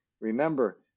remember